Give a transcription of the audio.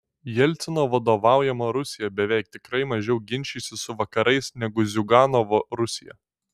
jelcino vadovaujama rusija beveik tikrai mažiau ginčysis su vakarais negu ziuganovo rusija